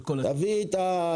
מעולה.